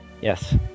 yes